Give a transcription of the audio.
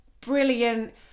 brilliant